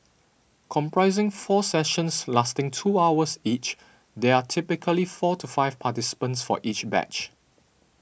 comprising four sessions lasting two hours each there are typically four to five participants for each batch